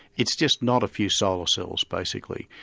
it's just not a few solar cells basically,